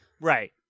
Right